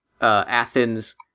Athens